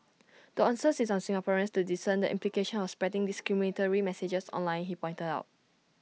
the onus is on Singaporeans to discern the implications of spreading discriminatory messages online he pointed out